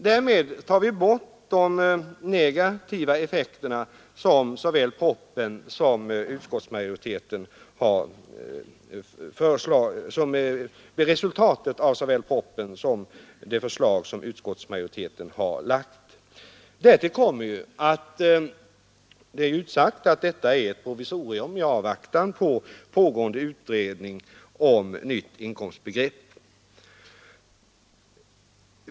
Därmed tar vi bort de negativa effekter som såväl propositionens som utskottsmajoritetens förslag skulle åstadkomma. Därtill kommer att det är utsagt att detta är ett provisorium i avvaktan på resultatet av pågående utredning om nytt inkomstbegrepp.